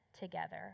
together